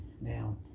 Now